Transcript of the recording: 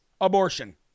abortion